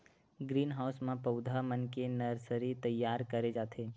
green house म पउधा मन के नरसरी तइयार करे जाथे